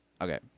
Okay